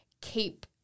keep